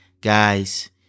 Guys